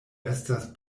estas